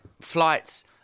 flights